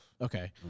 Okay